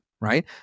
right